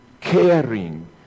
caring